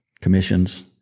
commissions